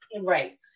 Right